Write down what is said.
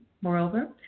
Moreover